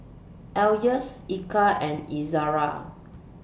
Elyas Eka and Izzara